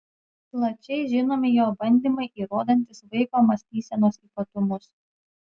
plačiai žinomi jo bandymai įrodantys vaiko mąstysenos ypatumus